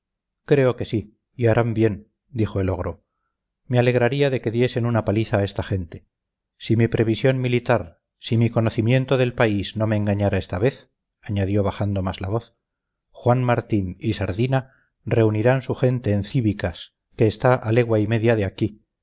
creo que sí y harán bien dijo el ogro me alegraría de que diesen una paliza a esta gente si mi previsión militar si mi conocimiento del país no me engaña esta vez añadió bajando más la voz juan martín y sardina reunirán su gente en cíbicas que está a legua y media de aquí